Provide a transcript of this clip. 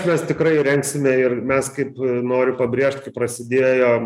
mes tikrai rengsime ir mes kaip noriu pabrėžt kai prasidėjo